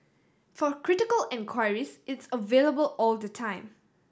for critical inquiries it's available all the time